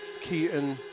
Keaton